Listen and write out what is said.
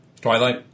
Twilight